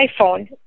iPhone